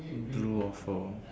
blue waffle